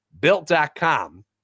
Built.com